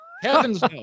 Heavens